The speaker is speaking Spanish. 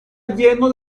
lleno